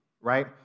right